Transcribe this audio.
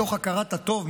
מתוך הכרת הטוב,